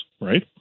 right